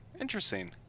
Interesting